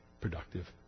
productive